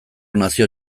nazio